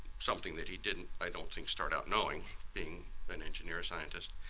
something that he didn't i don't think start out knowing being an engineer or scientist.